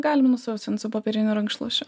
galim nusausint popieriniu rankšluosčiu